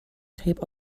tape